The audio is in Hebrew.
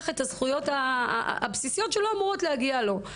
את הזכויות הבסיסיות שלא אמורות להגיע לו.